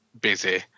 busy